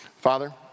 Father